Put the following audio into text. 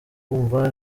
kumva